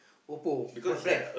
Oppo what brand